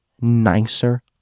nicer